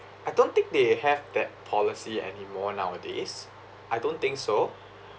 I don't think they have that policy anymore nowadays I don't think so